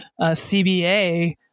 CBA